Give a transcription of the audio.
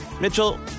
Mitchell